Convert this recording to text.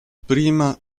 prima